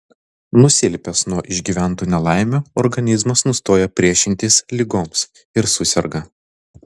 nusilpęs nuo išgyventų nelaimių organizmas nustoja priešintis ligoms ir suserga